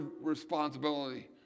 responsibility